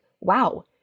wow